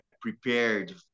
prepared